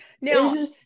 now